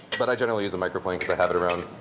but i generally use a microplane, because i have it around.